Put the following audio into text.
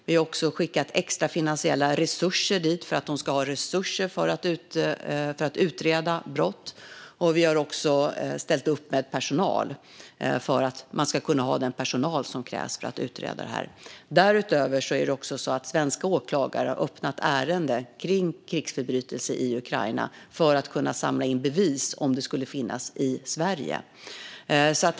Vi har också skickat extra finansiella resurser dit för att det ska finnas medel för att utreda brott. Vi har också ställt upp med personal så att det ska finnas tillgång till den personal som krävs för att göra utredningarna. Därutöver har svenska åklagare öppnat ärenden om krigsförbrytelser i Ukraina för att kunna samla in bevis - om sådana finns i Sverige.